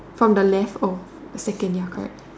from the left second ya correct